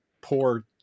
poor